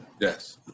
Yes